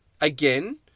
again